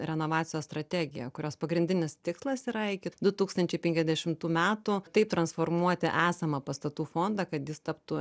renovacijos strategiją kurios pagrindinis tikslas yra iki du tūkstančiai penkiasdešimtų metų taip transformuoti esamą pastatų fondą kad jis taptų